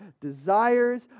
desires